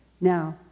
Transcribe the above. now